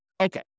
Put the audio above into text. Okay